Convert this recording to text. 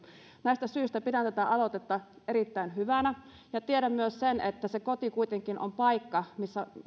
näistä syistä pidän tätä aloitetta erittäin hyvänä tiedän myös sen että se koti kuitenkin on paikka missä